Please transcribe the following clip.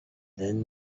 then